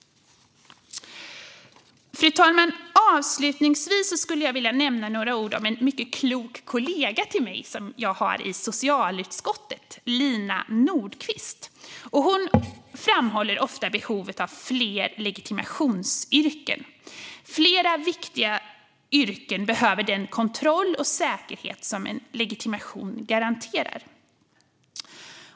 Fru talman! Avslutningsvis skulle jag vilja säga några ord om en mycket klok kollega till mig i socialutskottet, Lina Nordqvist. Hon framhåller ofta behovet av fler legitimationsyrken. Fler viktiga yrken behöver den kontroll och säkerhet som en legitimation garanterar.